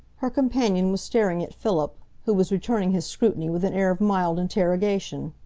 her companion was staring at philip, who was returning his scrutiny with an air of mild interrogation.